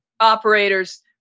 operators